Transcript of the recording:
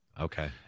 okay